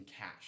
cash